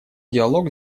диалог